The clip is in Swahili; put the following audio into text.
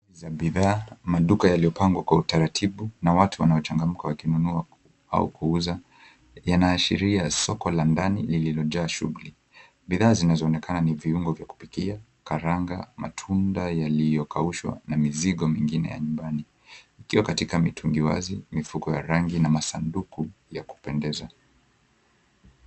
Za bidhaa, maduka yaliyopangwa kwa utaratibu na watu wanaochangamka kwa kununua au kuuza yanaashiria soko la ndani lililojaa shughuli. Bdhaa zinazoonekana ni viungo vya kupikia, kukaranga, matunda yaliyokaushwa na mizigo mingine ya nyumbani ikiwa katika mitungi wazi, mifuko ya rangi na masanduku ya kupendeza.